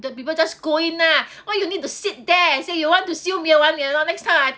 the people just go in nah why you need to sit there and say you want to next time I